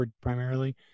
primarily